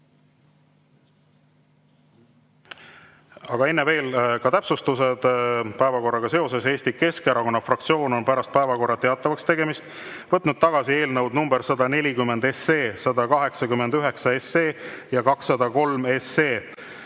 Enne veel täpsustused päevakorraga seoses. Eesti Keskerakonna fraktsioon on pärast päevakorra teatavaks tegemist võtnud tagasi eelnõud 140, 189 ja 203.